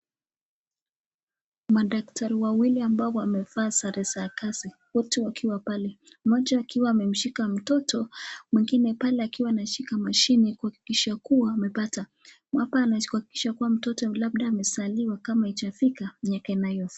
Madaktari wawili ambao wamefaa sare za kazi wote wakiwa pale moja akiwa ameshika mtoto mwingine pale akishika mashini kuakikisha kuwa amepata, hapa anakimisha kwamba mtoto labda amezaliwa kama haijafika mwaka inayofaa.